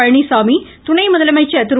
பழனிச்சாமி துணை முதலமைச்சா் திரு